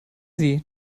sie